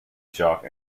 shock